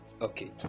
Okay